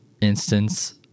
instance